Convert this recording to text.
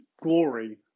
glory